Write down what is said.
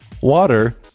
water